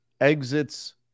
exits